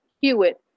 Hewitt